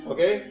Okay